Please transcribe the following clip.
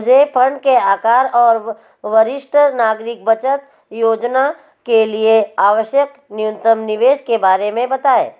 मुझे फ़ंड के आकार और व वरिष्ठ नागरिक बचत योजना के लिए आवश्यक न्यूनतम निवेश के बारे में बताएँ